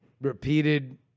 Repeated